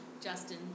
Justin